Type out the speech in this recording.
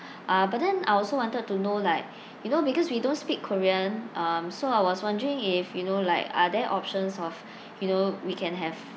uh but then I also wanted to know like you know because we don't speak korean um so I was wondering if you know like are there options of you know we can have